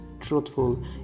truthful